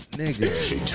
nigga